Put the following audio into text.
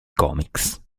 comics